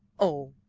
oh,